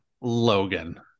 Logan